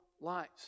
lives